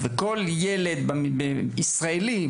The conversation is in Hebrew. ושכל ילד ישראלי,